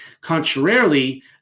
Contrarily